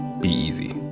be easy.